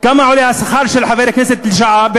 כמה עולה השכר של חבר כנסת פר-שעה?